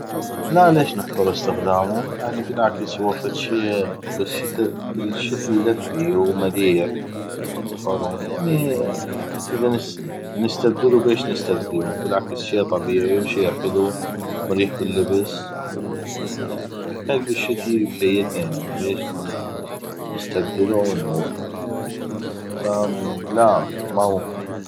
لا ليش نحظر استخدامو بالعكس هو فدشي بالشتي يدفي ومليح الفرو يعني اذا نستبدلو بيش نستبدلو شي طبيعي وشئ حلو ومريح باللبس حيل بالشتي فيدنا ف ليش نستبدلو أو نعوفو